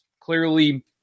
Clearly